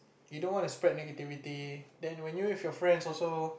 you don't want to spread negativity when you with your friend also